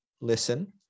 listen